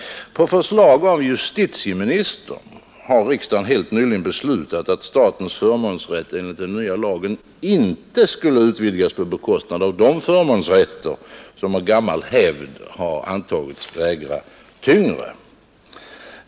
På förslag av justitieministern har riksdagen helt nyligen beslutat att statens förmånsrätt enligt den nya lagen inte skulle utvidgas på bekostnad av de förmånsrätter som av gammal hävd har ansetts väga tyngre.